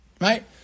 Right